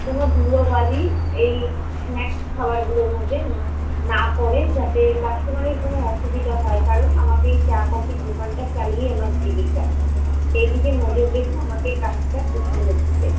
কোনও ধুলোবালি এই স্ন্যাক্স খাবারগুলোর মধ্যে না পড়ে যাতে কাস্টমারের কোনও অসুবিধা হয় কারণ আমাকে এই চা কফির দোকানটা চালিয়ে আমার জীবিকা সেইদিকে নজর রেখে আমাকে কাজটা করতে হচ্ছে